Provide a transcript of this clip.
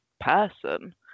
person